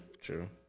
true